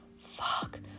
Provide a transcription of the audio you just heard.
fuck